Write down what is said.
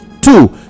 Two